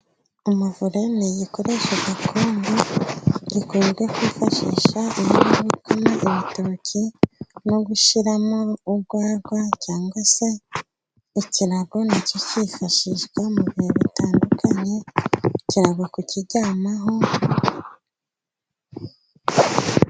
Umuvure ni igikoresho gakondo, dukunze kwifashisha mu gukama ibitoki, no gushyiramo urwagwa, cyangwa se ikirago nacyo kifashishwa mu bihe bitandukanye ikirago kukiryamaho...